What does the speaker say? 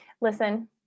Listen